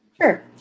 Sure